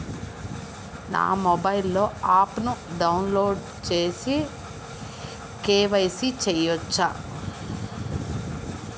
నా మొబైల్లో ఆప్ను డౌన్లోడ్ చేసి కే.వై.సి చేయచ్చా?